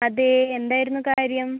അതെ എന്തായിരുന്നു കാര്യം